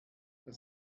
das